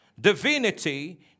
divinity